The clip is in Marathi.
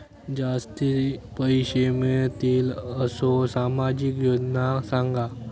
जास्ती पैशे मिळतील असो सामाजिक योजना सांगा?